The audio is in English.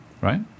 right